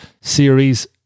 series